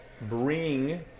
bring